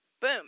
Boom